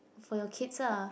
for your kids ah